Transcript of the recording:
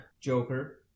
Joker